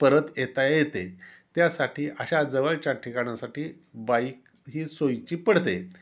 परत येता येते त्यासाठी अशा जवळच्या ठिकाणासाठी बाईक ही सोयीची पडते